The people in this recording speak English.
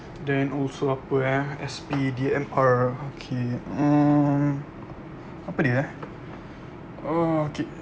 then also apa eh S_P D_M_R okay um apa dia eh oh okay